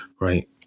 Right